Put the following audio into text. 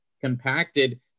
compacted